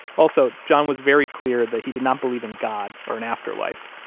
also, john was very clear that he did not believe in god or an afterlife.